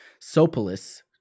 Sopolis